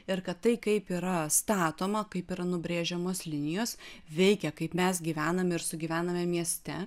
ir kad tai kaip yra statoma kaip yra nubrėžiamos linijos veikia kaip mes gyvenam ir sugyvename mieste